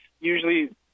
usually